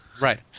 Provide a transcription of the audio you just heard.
right